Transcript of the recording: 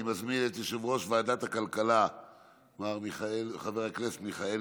אני מזמין את יושב-ראש ועדת הכלכלה חבר הכנסת מיכאל